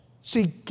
See